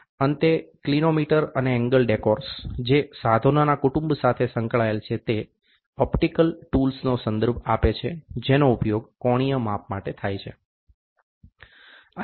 અંતે ક્લીનોમિટર અને એંગલ ડેકોર્સ જે સાધનોનાં કુટુંબ સાથે સંકળાયેલ છે તે ઓપ્ટિકલ ટૂલ્સનો સંદર્ભ આપે છે જેનો ઉપયોગ કોણીય માપ માટે થાય છે